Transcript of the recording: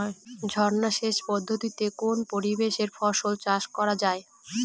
ঝর্না সেচ পদ্ধতিতে কোন পরিবেশে ফসল চাষ করা যায়?